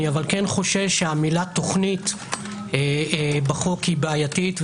אבל אני חושש שהמילה "תכנית" בחוק היא בעייתית,